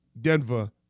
Denver